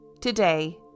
Today